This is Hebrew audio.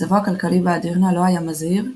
מצבו הכלכלי באדירנה לא היה מזהיר,